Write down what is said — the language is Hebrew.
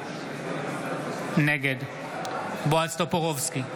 טאהא, נגד בועז טופורובסקי,